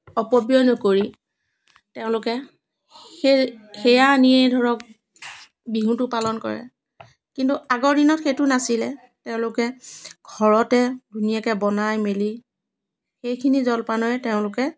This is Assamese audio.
অপব্যয় নকৰি তেওঁলোকে সেই সেইয়া আনিয়ে ধৰক বিহুটো পালন কৰে কিন্তু আগৰ দিনত সেইটো নাছিলে তেওঁলোকে ঘৰতে ধুনীয়াকৈ বনাই মেলি সেইখিনি জলপানৰে তেওঁলোকে